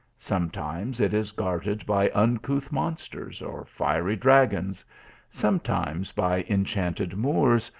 sometimes it is guarded by uncouth mon sters, or fiery dragons sometimes by enchanted moors,